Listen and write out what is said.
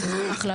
אז זה הכללות.